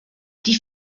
die